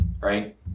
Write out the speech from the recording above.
right